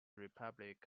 republic